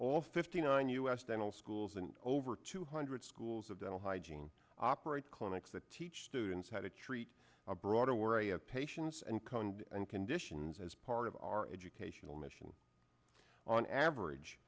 all fifty nine u s dental schools and over two hundred schools of dental hygiene operate clinics that teach students how to treat a broader worry of patients and coned and conditions as part of our educational mission on average